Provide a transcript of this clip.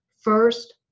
first